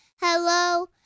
hello